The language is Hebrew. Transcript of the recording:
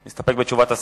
אתה מסתפק בתשובת השר?